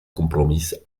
compromís